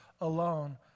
alone